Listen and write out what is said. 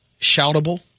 Shoutable